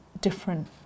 different